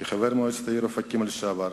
כחבר מועצת העיר אופקים לשעבר,